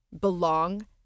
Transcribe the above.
belong